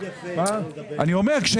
אני אומר,